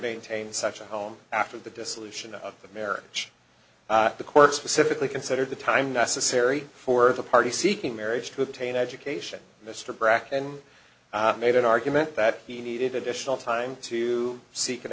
maintain such a home after the dissolution of the marriage the court specifically considered the time necessary for the party seeking marriage to obtain education mr bracken made an argument that he needed additional time to seek an